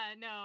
no